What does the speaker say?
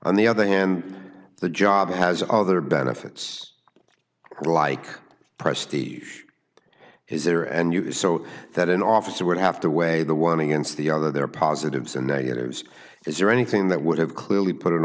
on the other hand the job has other benefits like prestige is there and you so that an officer would have to weigh the one against the other there are positives and negatives is there anything that would have clearly put an